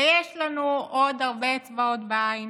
ויש לנו עוד הרבה אצבעות בעין.